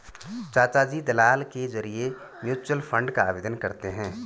चाचाजी दलाल के जरिए म्यूचुअल फंड का आवेदन करते हैं